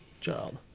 child